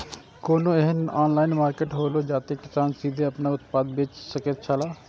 कोनो एहन online market हौला जते किसान सीधे आपन उत्पाद बेच सकेत छला?